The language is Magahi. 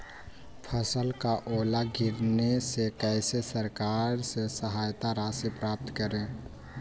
फसल का ओला गिरने से कैसे सरकार से सहायता राशि प्राप्त करें?